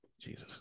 Jesus